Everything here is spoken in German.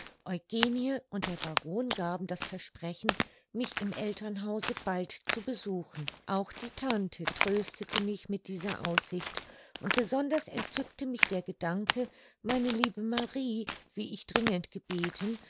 eugenie und der baron gaben das versprechen mich im elternhause bald zu besuchen auch die tante tröstete mich mit dieser aussicht und besonders entzückte mich der gedanke meine liebe marie wie ich dringend gebeten